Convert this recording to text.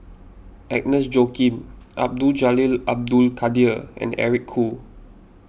Agnes Joaquim Abdul Jalil Abdul Kadir and Eric Khoo